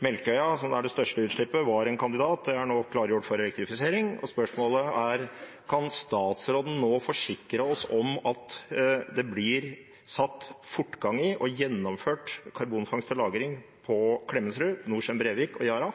Melkøya, som har det største utslippet, var en kandidat, men er nå klargjort for elektrifisering. Spørsmålet er: Kan statsråden nå forsikre oss om at det blir satt fortgang i og gjennomført karbonfangst og -lagring på Klemetsrud, Norcem Brevik og Yara?